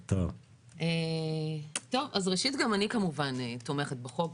ראשית, גם אני, כמובן, תומכת בחוק.